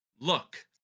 Look